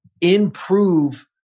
improve